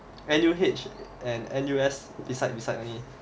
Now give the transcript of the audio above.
N_U_H and N_U_H beside beside only